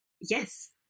Yes